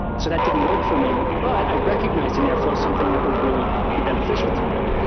so that didn't work for me, but i recognized in airflow something that would really be beneficial to me.